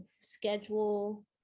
schedule